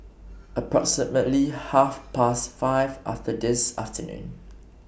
approximately Half Past five after This afternoon